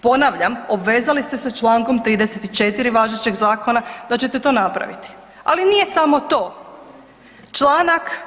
Ponavljam, obvezali ste se čl. 34. važećeg zakona da ćete to napraviti, ali nije samo to, čl.